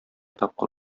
тапкыр